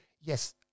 yes